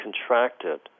contracted